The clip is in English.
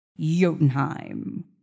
Jotunheim